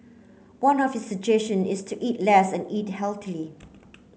one of his suggestion is to eat less and eat healthily